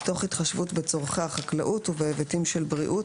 תוך התחשבות בצורכי החקלאות ובהיבטים של בריאות,